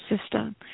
system